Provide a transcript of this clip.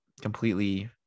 completely